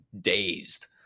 dazed